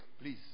please